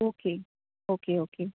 okay okay okay